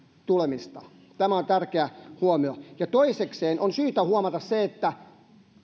tulemista tämä on tärkeä huomio ja toisekseen on syytä huomata se että